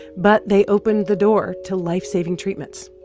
but they opened the door to lifesaving treatments.